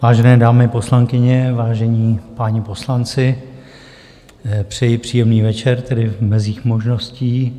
Vážené dámy poslankyně, vážení páni poslanci, přeji příjemný večer, tedy v mezích možností.